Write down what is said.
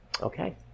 Okay